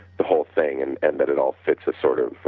the whole thing and and that it all fits a sort of